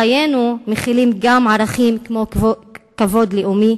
חיינו מכילים גם ערכים כמו כבוד לאומי,